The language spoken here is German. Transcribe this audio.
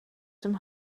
dem